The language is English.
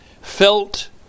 felt